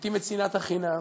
לעתים את שנאת החינם,